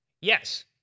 Yes